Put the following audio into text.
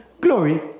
Glory